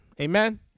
amen